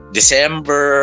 December